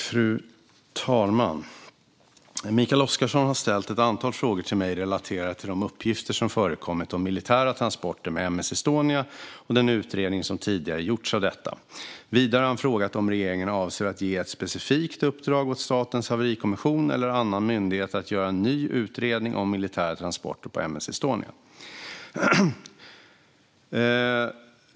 Fru talman! Mikael Oscarsson har ställt ett antal frågor till mig relaterat till de uppgifter som förekommit om militära transporter med M S Estonia.